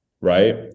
right